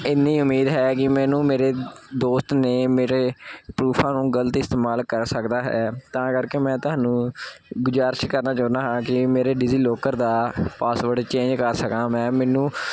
ਇੰਨੀ ਉਮੀਦ ਹੈਗੀ ਮੈਨੂੰ ਮੇਰੇ ਦੋਸਤ ਨੇ ਮੇਰੇ ਪ੍ਰੂਫਾਂ ਨੂੰ ਗਲਤ ਇਸਤੇਮਾਲ ਕਰ ਸਕਦਾ ਹੈ ਤਾਂ ਕਰਕੇ ਮੈਂ ਤੁਹਾਨੂੰ ਗੁਜ਼ਾਰਿਸ਼ ਕਰਨਾ ਚਾਹੁੰਦਾ ਹਾਂ ਕਿ ਮੇਰੇ ਡੀਜ਼ੀ ਲੋਕਰ ਦਾ ਪਾਸਵਰਡ ਚੇਂਜ ਕਰ ਸਕਾਂ ਮੈਂ ਮੈਨੂੰ